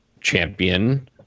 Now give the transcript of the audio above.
champion